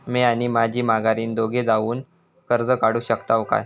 म्या आणि माझी माघारीन दोघे जावून कर्ज काढू शकताव काय?